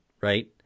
right